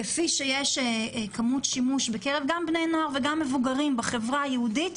כפי שיש כמות משתמשים בקרב גם בני נוער וגם מבוגרים בחברה היהודית,